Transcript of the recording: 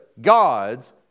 God's